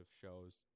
shows